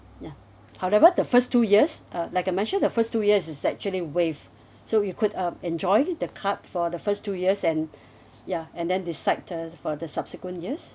ya however the first two years uh like I mentioned the first two years is actually waived so you could um enjoy the card for the first two years and ya and then decide uh for the subsequent years